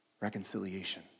reconciliation